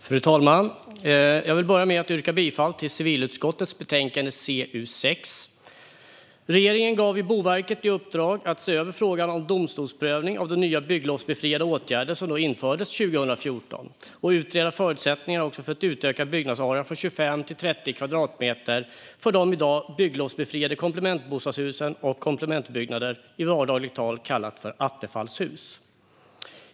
Fru talman! Jag yrkar bifall till förslaget i civilutskottets betänkande CU6. Regeringen gav Boverket i uppdrag att se över frågan om domstolsprövning av de nya bygglovsbefriade åtgärder som infördes 2014 och utreda förutsättningarna för att utöka byggnadsarean från 25 till 30 kvadratmeter för de i dag bygglovsbefriade komplementbostadshusen och komplementbyggnaderna, i vardagligt tal kallade attefallshus.